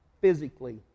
Physically